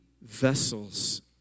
vessels